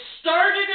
started